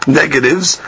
negatives